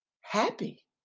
happy